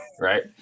right